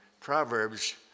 Proverbs